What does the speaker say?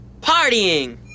partying